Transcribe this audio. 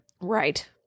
Right